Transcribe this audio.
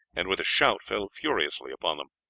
and with a shout fell furiously upon them.